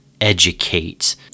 educate